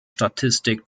statistik